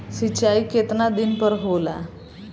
सिंचाई केतना दिन पर होला?